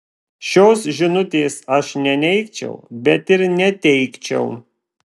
šios žinutės aš neneigčiau bet ir neteigčiau